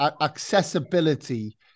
accessibility